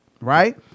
right